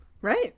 Right